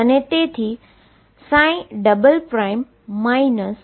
અને તેથી 2mE2ψ0 થશે